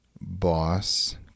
boss